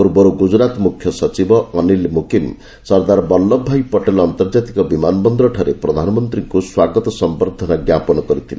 ପୂର୍ବରୁ ଗୁଜୁରାତ୍ ମୁଖ୍ୟ ସଚିବ ଅନିଲ୍ ମୁକିମ୍ ସର୍ଦ୍ଦାର୍ ବଲ୍ଲଭଭାଇ ପଟେଲ୍ ଆନ୍ତର୍ଜାତିକ ବିମାନ ବନ୍ଦରଠାରେ ପ୍ରଧାନମନ୍ତ୍ରୀଙ୍କୁ ସ୍ୱାଗତ ସମ୍ଭର୍ଦ୍ଧନା ଜ୍ଞାପନ କରିଥିଲେ